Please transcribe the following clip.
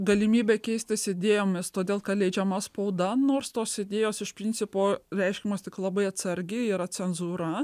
galimybė keistis idėjomis todėl kad leidžiama spauda nors tos idėjos iš principo reiškiamos tik labai atsargiai yra cenzūra